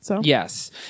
Yes